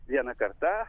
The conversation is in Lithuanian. viena karta